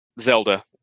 Zelda